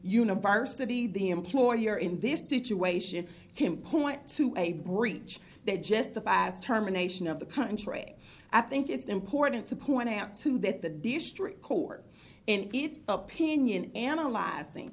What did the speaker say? university the employer in this situation can point to a breach that justifies terminations of the country i think it's important to point out too that the district court in its opinion analyzing